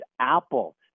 apple